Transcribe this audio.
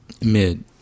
mid